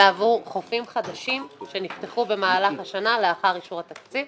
ועבור חופים חדשים שנפתחו במהלך השנה לאחר אישור התקציב.